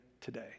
today